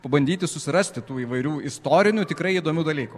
pabandyti susirasti tų įvairių istorinių tikrai įdomių dalykų